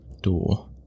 door